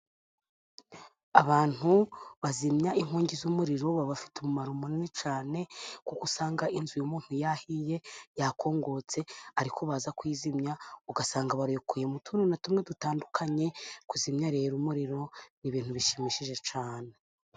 Abantu bazimya inkongi y'umuriro baba bafite umumaro munini cyane, kuko usanga inzu y'umuntu yahiye yakongotse ariko baza kuyizimya ugasanga barekuye mu tuntu tumwe dutandukanye, kuzimya rero umuriro ni ibintu bishimishije cyane.